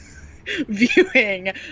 viewing